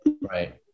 Right